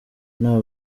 nta